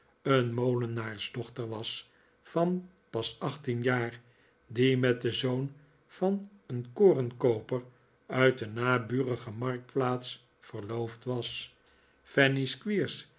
een molenaarsdochter was van pas achttien jaar die met den zoon van een korenkooper uit de naburige marktplaats verloofd was